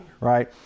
right